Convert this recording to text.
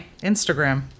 Instagram